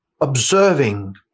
observing